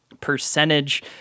percentage